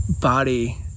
body